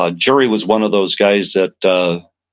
ah gerry was one of those guys that